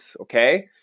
okay